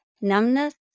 numbness